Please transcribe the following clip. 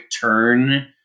turn